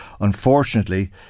unfortunately